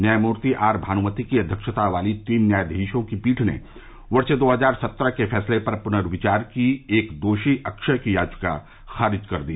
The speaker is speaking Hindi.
न्यायमूर्ति आर भानुमति की अध्यक्षता वाली तीन न्यायाधीशों की पीठ ने वर्ष दो हजार सत्रह के फैसले पर पुनर्विचार की एक दोषी अक्षय की याचिका खारिज कर दी